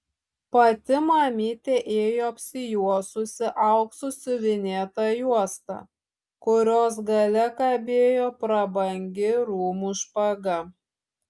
pati mamytė ėjo apsijuosusi auksu siuvinėta juosta kurios gale kabėjo prabangi rūmų špaga